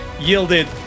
yielded